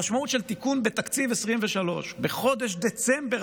המשמעות של תיקון בתקציב 2023 בחודש דצמבר